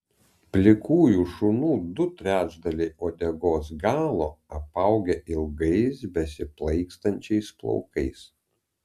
plikųjų šunų du trečdaliai uodegos galo apaugę ilgais besiplaikstančiais plaukais